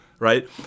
right